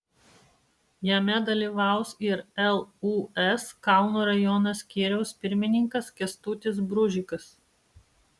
jame dalyvaus ir lūs kauno rajono skyriaus pirmininkas kęstutis bružikas